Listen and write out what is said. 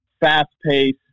fast-paced